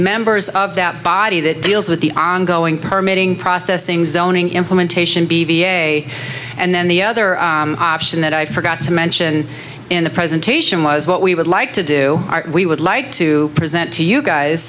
members of that body that deals with the ongoing permitting processing zoning implementation b b a and then the other option that i forgot to mention in the presentation was what we would like to do we would like to present to you guys